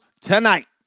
tonight